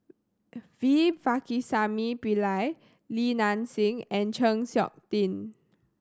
V Pakirisamy Pillai Li Nanxing and Chng Seok Tin